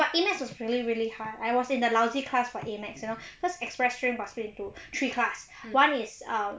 but A math is really really hard I was in the lousy class for A math you know cause express stream was split into three class [one] is um